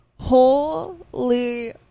Holy